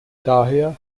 daher